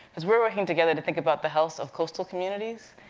cause we're working together to think about the healths of coastal communities,